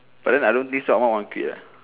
but then I don't think sort one want quit leh